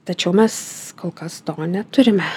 tačiau mes kol kas to neturime